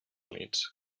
units